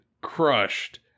crushed